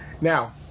Now